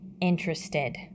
interested